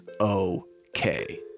okay